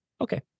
Okay